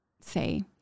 say